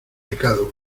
pecado